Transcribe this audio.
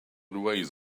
ways